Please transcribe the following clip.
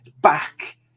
back